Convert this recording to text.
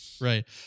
Right